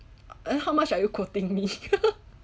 uh how much are you quoting me